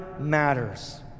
matters